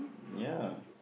yeah